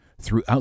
throughout